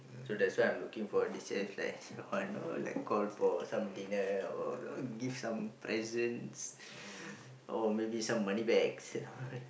so that's why I'm looking for know like call for some dinner or you know give some presents or maybe some money back you know